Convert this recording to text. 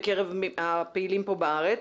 בקרב הפעילים פה בארץ.